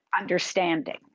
understanding